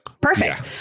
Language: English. Perfect